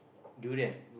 durian